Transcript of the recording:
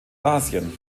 asien